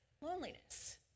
loneliness